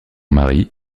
mari